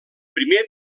primer